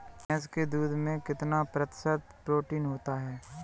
भैंस के दूध में कितना प्रतिशत प्रोटीन होता है?